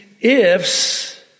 ifs